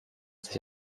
sich